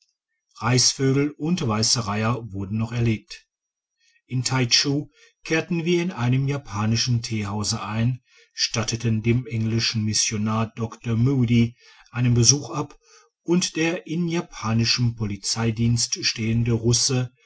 bekassinen reisvögel und weisse reiher wurden noch erlegt in taichu kehrten wir in einem japanischen theehause ein statteten dem englischen missionar dr moody einen besuch ab und der in japanischem polizeidienst stehende russe